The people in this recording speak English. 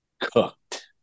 cooked